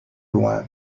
loin